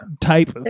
type